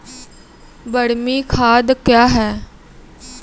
बरमी खाद कया हैं?